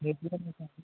देखने में कैसा